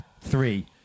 three